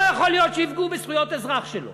לא יכול להיות שיפגעו בזכויות האזרח שלו,